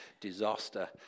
disaster